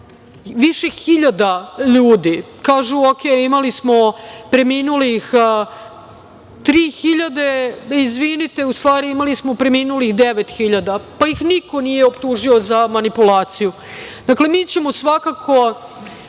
više hiljada ljudi. Kažu, OK, imali smo preminulih 3.000, izvinite, u stvari, imali smo preminulih 9.000, pa ih niko nije optužio za manipulaciju. Dakle, mi ćemo svakako